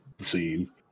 scene